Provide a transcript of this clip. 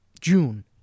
June